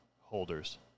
holders